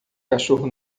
cachorro